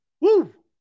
Woo